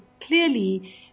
clearly